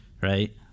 Right